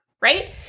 right